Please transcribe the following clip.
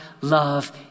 love